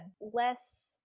less